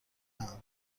اند